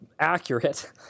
Accurate